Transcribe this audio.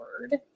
word